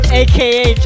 aka